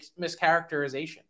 mischaracterization